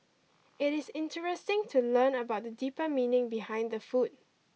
it is interesting to learn about the deeper meaning behind the food